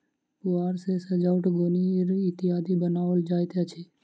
पुआर सॅ सजौट, गोनरि इत्यादि बनाओल जाइत अछि